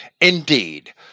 Indeed